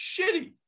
shitty